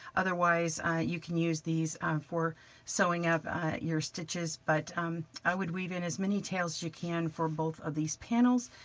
otherwise you can use these um for sewing up your stitches, but i would weave in as many tails as you can for both of these panels,